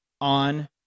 on